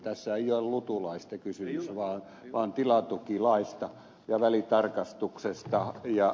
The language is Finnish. tässä ei ole lutu laista kysymys vaan tilatukilaista ja välitarkastuksesta